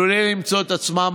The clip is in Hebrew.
נתקבלו.